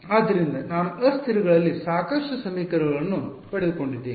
ಆದ್ದರಿಂದ ನಾನು ಅಸ್ಥಿರಗಳಲ್ಲಿ ಸಾಕಷ್ಟು ಸಮೀಕರಣಗಳನ್ನು ಪಡೆದುಕೊಂಡಿದ್ದೇನೆ